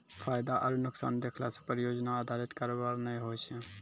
फायदा आरु नुकसान देखला से परियोजना अधारित कारोबार नै होय छै